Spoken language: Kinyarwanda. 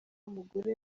mugore